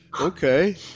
Okay